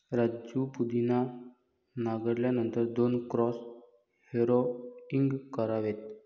राजू पुदिना नांगरल्यानंतर दोन क्रॉस हॅरोइंग करावेत